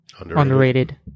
underrated